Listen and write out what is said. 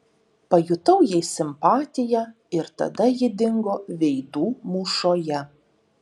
pajutau jai simpatiją ir tada ji dingo veidų mūšoje